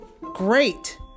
great